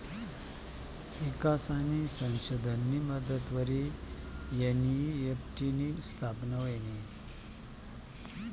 ईकास आणि संशोधननी मदतवरी एन.ई.एफ.टी नी स्थापना व्हयनी